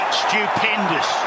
stupendous